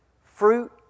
Fruit